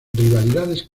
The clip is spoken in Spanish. rivalidades